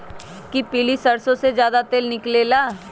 कि पीली सरसों से ज्यादा तेल निकले ला?